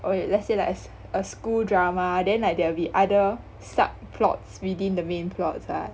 okay let's say like a a school drama then like there will be other sub plots within the main plots ah